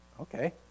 Okay